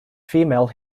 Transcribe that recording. female